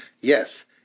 Yes